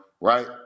right